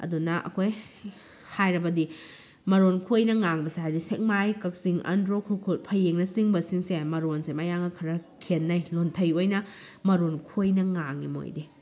ꯑꯗꯨꯅ ꯑꯩꯈꯣꯏ ꯍꯥꯏꯔꯕꯗꯤ ꯃꯔꯣꯟ ꯈꯣꯏꯅ ꯉꯥꯡꯕꯁꯦ ꯍꯥꯏꯗꯤ ꯁꯦꯛꯃꯥꯏ ꯀꯛꯆꯤꯡ ꯑꯟꯗ꯭ꯔꯣ ꯈꯨꯔꯈꯨꯜ ꯐꯌꯦꯡꯅ ꯆꯤꯡꯕꯁꯤꯡꯁꯦ ꯃꯔꯣꯟꯁꯦ ꯃꯌꯥꯝꯒ ꯈꯔ ꯈꯦꯠꯅꯩ ꯂꯣꯟꯊꯩ ꯑꯣꯏꯅ ꯃꯔꯣꯟ ꯈꯣꯏꯅ ꯉꯥꯡꯉꯤ ꯃꯣꯏꯗꯤ